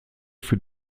für